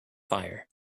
fire